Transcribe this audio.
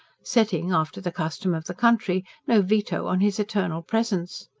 setting, after the custom of the country, no veto on his eternal presence.